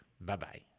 Bye-bye